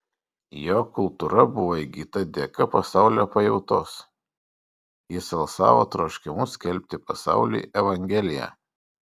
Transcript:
jo kultūra buvo įgyta dėka pasaulio pajautos jis alsavo troškimu skelbti pasauliui evangeliją